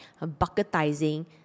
bucketizing